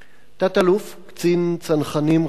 תת-אלוף, קצין צנחנים ראשי,